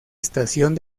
estación